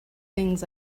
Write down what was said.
things